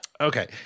Okay